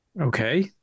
Okay